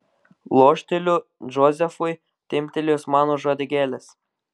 lošteliu džozefui timptelėjus man už uodegėlės